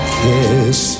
kiss